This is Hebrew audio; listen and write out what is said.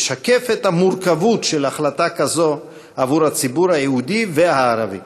משקף את המורכבות של החלטה כזו בעבור הציבור היהודי והציבור הערבי.